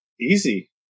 easy